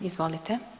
Izvolite.